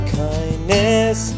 kindness